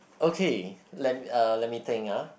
okay let m~ uh let me think ah